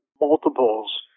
multiples